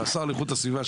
השר לאיכות הסביבה,